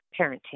parenting